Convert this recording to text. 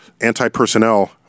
anti-personnel